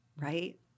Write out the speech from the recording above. right